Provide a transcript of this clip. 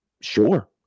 sure